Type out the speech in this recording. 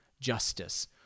justice